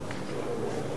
בסדר.